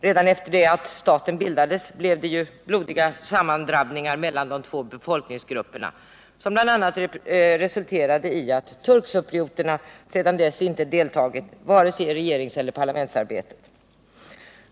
Redan snart efter det att staten bildades blev det blodiga sammandrabbningar mellan de två befolkningsgrupperna, som bl.a. resulterade i att turkcyprioterna sedan dess inte deltagit i vare sig regeringseller parlamentsarbetet.